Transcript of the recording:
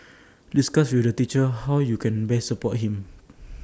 discuss with the teacher how you can best support him